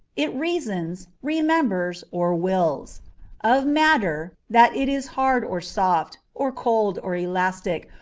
it reasons, remembers, or wills of matter, that it is hard or soft, or cold or elastic,